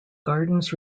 gardens